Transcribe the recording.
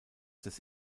des